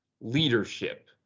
leadership